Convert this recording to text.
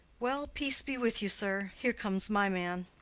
well, peace be with you, sir. here comes my man.